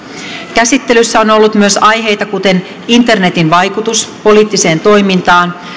käsittelyssä on on ollut myös aiheita kuten internetin vaikutus poliittiseen toimintaan